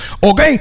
ok